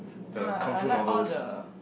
no lah I like all the